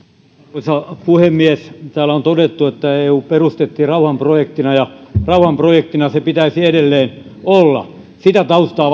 arvoisa puhemies täällä on todettu että eu perustettiin rauhanprojektina ja rauhanprojektina sen pitäisi edelleen olla sitä taustaa